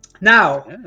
Now